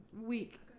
week